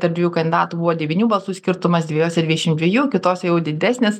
tarp dviejų kandidatų buvo devynių balsų skirtumas dviejose dvidešim dviejų kitose jau didesnis